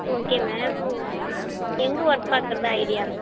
okay ma'am எங்கே work பார்க்கறதா idea